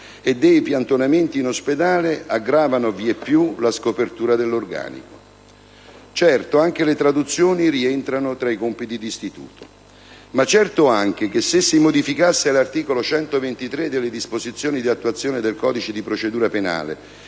e dei piantonamenti in ospedale aggrava vieppiù la scopertura dell'organico. Certo, anche le traduzioni rientrano tra i compiti di istituto. Ma è certo anche che se si modificasse l'articolo 123 delle disposizioni di attuazione del codice di procedura penale,